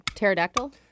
Pterodactyl